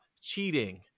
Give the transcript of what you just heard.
cheating